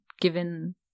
given